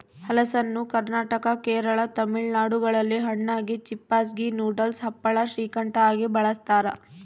ಹಲಸನ್ನು ಕರ್ನಾಟಕ ಕೇರಳ ತಮಿಳುನಾಡುಗಳಲ್ಲಿ ಹಣ್ಣಾಗಿ, ಚಿಪ್ಸಾಗಿ, ನೂಡಲ್ಸ್, ಹಪ್ಪಳ, ಶ್ರೀಕಂಠ ಆಗಿ ಬಳಸ್ತಾರ